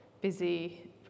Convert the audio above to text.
busy